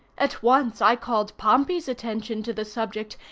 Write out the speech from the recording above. at once i called pompey's attention to the subject,